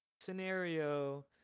scenario